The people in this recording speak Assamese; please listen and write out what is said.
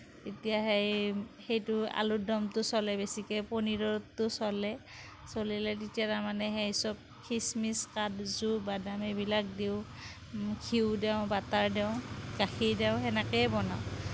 তেতিয়া সেই সেইটো আলুৰ ডমটো চলে বেছিকৈ পনীৰৰটো চলে চলিলে তেতিয়া তাৰমানে সেই সব কিচমিচ কাজু বাদাম এইবিলাক দিওঁ ঘিঁউ দিওঁ বাটাৰ দিওঁ গাখীৰ দিওঁ সেনেকেই বনাওঁ